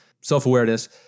self-awareness